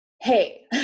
Hey